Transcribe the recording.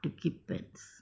to keep pets